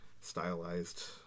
stylized